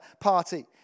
party